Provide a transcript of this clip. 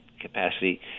capacity